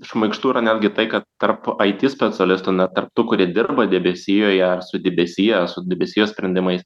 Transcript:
šmaikštu yra netgi tai kad tarp aiti specialistų na tarp tų kurie dirba debesijoje su debesija su debesijos sprendimais